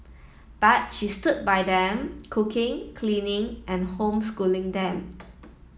but she stood by them cooking cleaning and homeschooling them